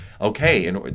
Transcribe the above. okay